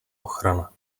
ochrana